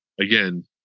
again